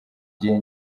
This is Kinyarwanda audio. gihe